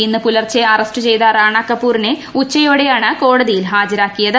ഇന്ന് പുലർച്ചെ അറസ്റ്റ് ചെയ്ത റാണ കപൂറിനെ ഉച്ചയോടെയാണ് കോടതിയിൽ ഹാജരാക്കിയത്